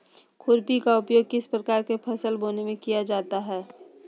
खुरपी का उपयोग किस प्रकार के फसल बोने में किया जाता है?